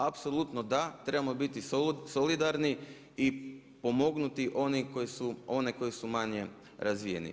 Apsolutno da, trebamo biti solidarni i pomognuti one koji su manje razvijeni.